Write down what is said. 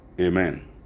Amen